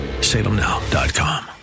Salemnow.com